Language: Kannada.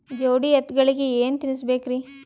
ಜೋಡಿ ಎತ್ತಗಳಿಗಿ ಏನ ತಿನಸಬೇಕ್ರಿ?